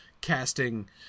casting